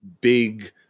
big